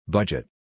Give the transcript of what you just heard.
Budget